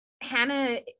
hannah